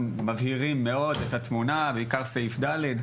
מבהירים מאוד את התמונה; בעיקר סעיף (ד).